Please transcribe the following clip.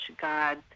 God